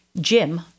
Jim